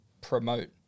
promote